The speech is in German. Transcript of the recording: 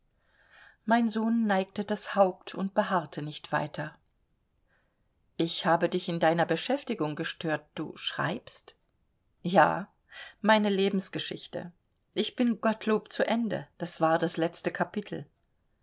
mein sohn neigte das haupt und beharrte nicht weiter ich habe dich in deiner beschäftigung gestört du schreibst ja meine lebensgeschichte ich bin gottlob zu ende das war das letzte kapitel